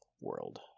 world